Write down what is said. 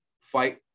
fight